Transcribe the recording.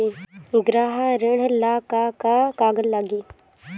गृह ऋण ला का का कागज लागी?